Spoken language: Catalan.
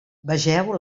vegeu